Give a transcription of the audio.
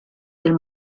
del